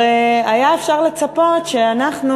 הרי אפשר היה לצפות שאנחנו,